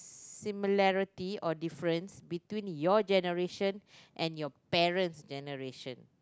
similarity or differences between your generation and your parents' generation